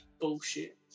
Bullshit